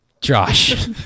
Josh